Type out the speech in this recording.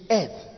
earth